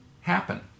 happen